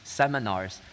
seminars